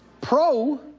Pro